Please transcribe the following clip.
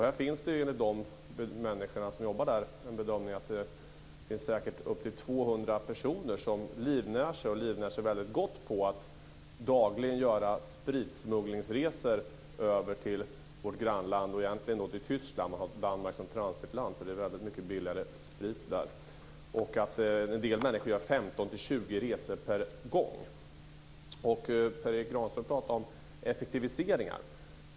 Där görs enligt de människor som jobbar där den bedömningen att upp till 200 personer livnär sig, och livnär sig väldigt gott, på att dagligen göra spritsmugglingsresor över till vårt grannland - egentligen till Tyskland med Danmark som transitland. Det är mycket billigare sprit där. En del människor gör Per Erik Granström talar om effektiviseringar.